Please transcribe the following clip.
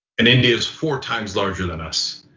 and india is four times larger than us.